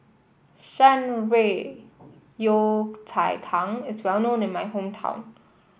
Shan Rui Yao Cai Tang is well known in my hometown